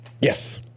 Yes